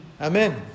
amen